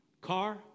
car